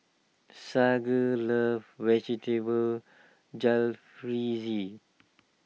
Sage loves Vegetable Jalfrezi